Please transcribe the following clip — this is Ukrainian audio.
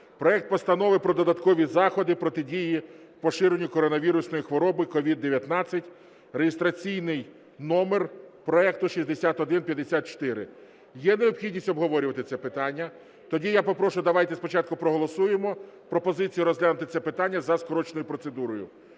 проект Постанови про додаткові заходи протидії поширенню коронавірусної хвороби (COVID-19) (реєстраційний номер проекту 6154). Є необхідність обговорювати це питання? Тоді я попрошу, давайте спочатку проголосуємо пропозицію розглянути це питання за скороченою процедурою.